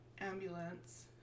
ambulance